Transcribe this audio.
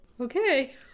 Okay